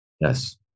Yes